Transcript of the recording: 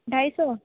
ढाई सौ